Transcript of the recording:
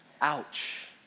Ouch